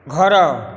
ଘର